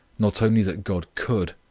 not only that god could,